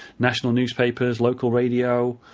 national newspapers, local radio.